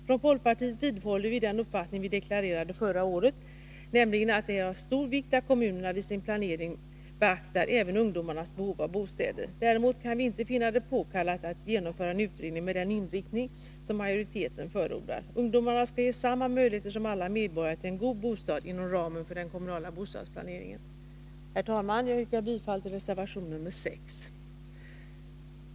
Från folkpartiet vidhåller vi den uppfattning vi deklarerade förra året, nämligen att det är av stor vikt att kommunerna vid sin planering beaktar även ungdomarnas behov av bostäder. Däremot kan vi inte finna det påkallat att genomföra en utredning med den inriktning som majoriteten förordar. Ungdomar skall ges samma möjlighet som alla andra medborgare till en god bostad inom den kommunala bostadsplaneringen. Herr talman! Jag yrkar bifall till reservation 6.